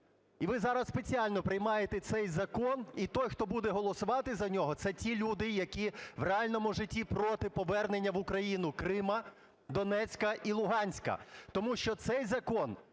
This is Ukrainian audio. І ви зараз спеціально приймаєте цей закон. І той, хто буде голосувати за нього, - це ті люди, які в реальному житті проти повернення в Україну Криму, Донецька і Луганська. Тому що цей закон